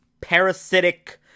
parasitic